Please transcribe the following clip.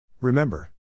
Remember